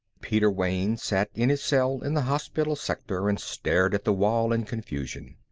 peter wayne sat in his cell in the hospital sector and stared at the wall in confusion.